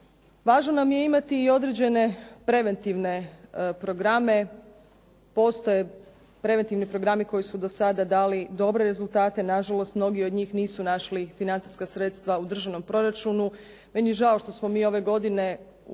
Važno nam je imati i određene preventivne programe. Postoje preventivni programi koji su do sada dali dobre rezultate. Nažalost mnogi od njih nisu našli financijska sredstva u državnom proračunu. Meni je žao što smo mi ove godine u